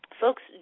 Folks